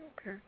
Okay